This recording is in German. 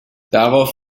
darauf